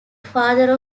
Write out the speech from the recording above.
father